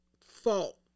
fault